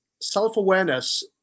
self-awareness